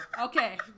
Okay